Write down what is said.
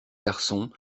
garçon